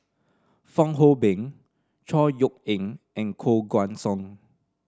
Fong Hoe Beng Chor Yeok Eng and Koh Guan Song